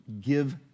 give